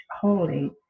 holy